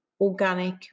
organic